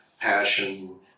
passion